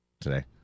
today